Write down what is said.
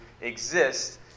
exist